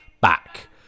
back